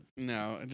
No